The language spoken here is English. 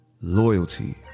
loyalty